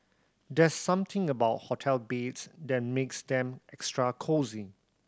there's something about hotel beds that makes them extra cosy